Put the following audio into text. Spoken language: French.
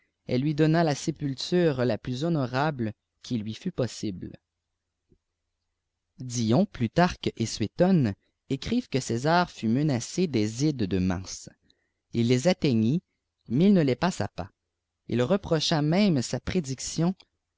elle lui donna la sépulture la plus honoraole qui lui fût possible dion plutarque et suétone écrivent que césar fut menacé des ides de mars il les atteignit mais il ne les passa pas il reprocha même sa prédiction